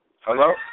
Hello